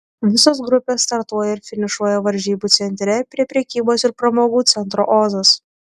visos grupės startuoja ir finišuoja varžybų centre prie prekybos ir pramogų centro ozas